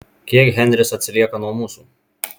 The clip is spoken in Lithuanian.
kiek henris atsilieka nuo mūsų